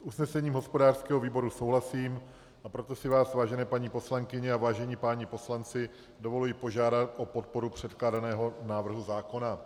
S usnesením hospodářského výboru souhlasím, a proto si vás, vážené paní poslankyně a vážení páni poslanci, dovoluji požádat o podporu předkládaného návrhu zákona.